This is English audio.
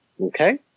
Okay